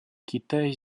китай